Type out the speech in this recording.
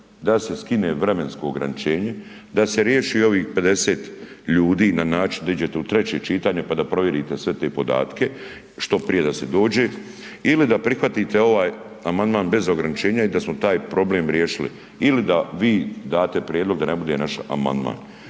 da se skine vremensko ograničenje, da se riješi ovih 50 ljudi na način da iđete u treće čitanje pa da provjerite sve te podatke što prije da se dođe ili da prihvatite ovaj amandman bez ograničenja i da smo taj problem riješili ili da vi date prijedlog da ne bude naš amandman.